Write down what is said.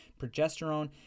progesterone